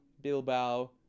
bilbao